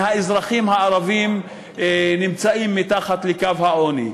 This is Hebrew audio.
מהאזרחים הערבים נמצאים מתחת לקו העוני,